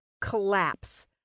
collapse